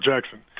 Jackson